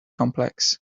complex